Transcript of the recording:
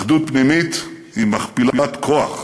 אחדות פנימית היא מכפילת כוח,